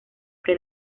que